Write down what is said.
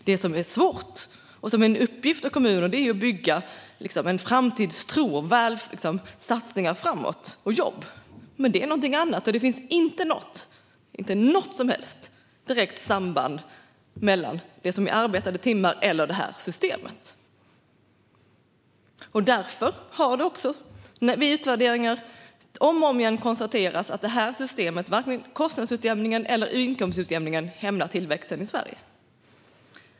Det som är svårt är att bygga en framtidstro och göra satsningar framåt och skapa jobb. Men det är något annat, och det finns inget direkt samband mellan arbetade timmar och detta system. Därför har det vid utvärderingar om och om igen konstaterats att varken systemet med kostnadsutjämning eller inkomstutjämning hämmar tillväxten i Sverige.